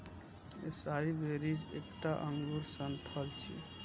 एसाई berries एकटा अंगूर सन फल छियै